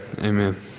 Amen